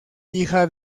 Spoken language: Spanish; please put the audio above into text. hija